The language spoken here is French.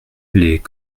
les